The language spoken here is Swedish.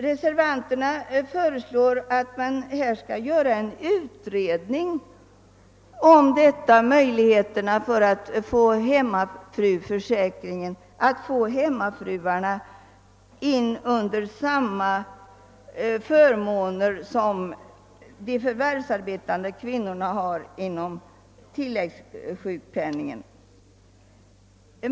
Reservanterna föreslår att man skall göra en utredning om de bästa möjligheterna att bereda hemmafruarna samma förmåner som de förvärvsarbetande kvinnorna i fråga om tilläggssjukpenning.